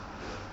ya